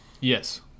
Yes